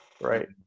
Right